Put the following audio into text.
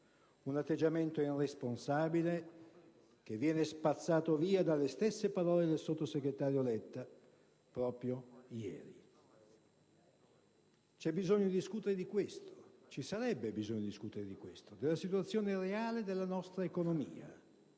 Un atteggiamento irresponsabile che viene spazzato via dalle stesse parole del sottosegretario Letta dell'altro ieri. C'è bisogno di discutere di questo. Ci sarebbe bisogno di discutere di questo, della situazione reale della nostra economia,